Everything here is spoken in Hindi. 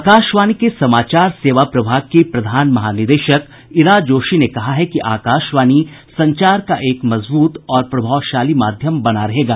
आकाशवाणी के समाचार सेवा प्रभाग की प्रधान महानिदेशक इरा जोशी ने कहा है कि आकाशवाणी संचार का एक मजबूत और प्रभावशाली माध्यम बना रहेगा